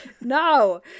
No